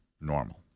normal